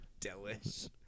Delish